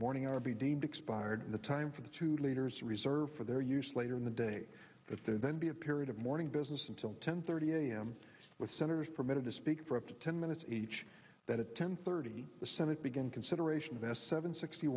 morning or be deemed expired at the time for the two leaders reserved for their use later in the day that they then be a period of morning business until ten thirty a m with senators permitted to speak for up to ten minutes each that at ten thirty the senate begin consideration best seven sixty